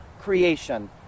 creation